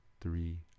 three